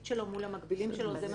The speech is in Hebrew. שלו מול כל הגורמים המקבילים שלו.